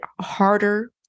harder